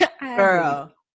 girl